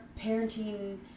parenting